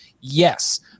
Yes